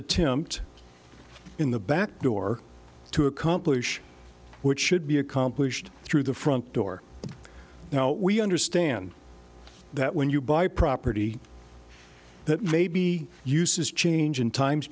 attempt in the back door to accomplish which should be accomplished through the front door now we understand that when you buy property that maybe uses change in times